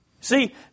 See